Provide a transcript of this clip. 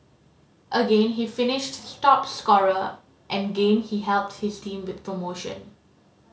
again he finished top scorer and gain he helped his team win promotion